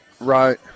Right